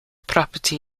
property